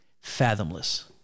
fathomless